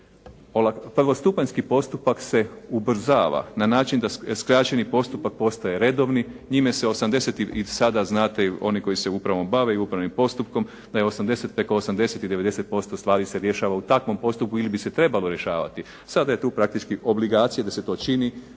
Prvostupanjski postupak se ubrzava na način da skraćeni postupak postaje redovni. Njime se osamdeset i sada znate oni koji se upravom bave i upravnim postupkom da je preko 80 i 90% stvari se rješava u takvom postupku ili bi se trebalo rješavati. Sada je tu praktički obligacija da se to čini